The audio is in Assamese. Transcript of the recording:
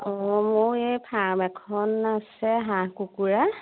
অঁ মোৰ এই ফাৰ্ম এখন আছে হাঁহ কুকুৰাৰ